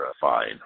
fine